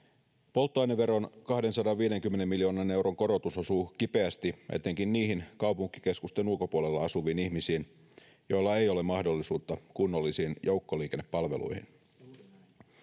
polttoaineveron kahdensadanviidenkymmenen miljoonan euron korotus osuu kipeästi etenkin niihin kaupunkikeskusten ulkopuolella asuviin ihmisiin joilla ei ole mahdollisuutta kunnollisiin joukkoliikennepalveluihin